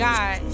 God